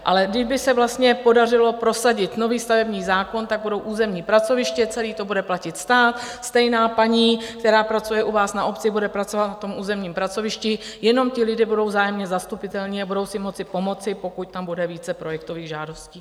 Ale kdyby se podařilo prosadit nový stavební zákon, budou územní pracoviště, celé to bude platit stát, stejná paní, která pracuje u vás na obci, bude pracovat v tom územním pracovišti, jenom ti lidé budou vzájemně zastupitelní a budou si moci pomoct, pokud tam bude více projektových žádostí.